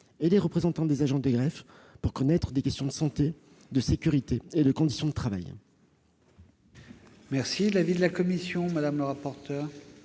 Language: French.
des magistrats et des agents des greffes pour connaître des questions de santé, de sécurité et de conditions de travail.